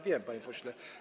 Wiem, panie pośle.